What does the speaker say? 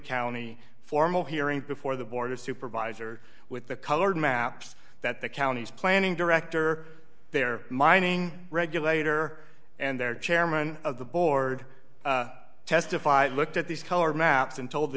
county formal hearing before the board of supervisors with the colored maps that the counties planning director their mining regulator and their chairman of the board testified looked at these color maps and told the